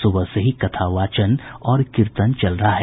सुबह से ही कथावचन और कीर्तन चल रहा है